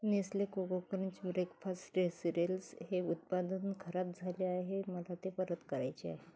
Nestle Koko Krunch breakfast cereals हे उत्पादन खराब झाले आहे मला ते परत करायचे आहे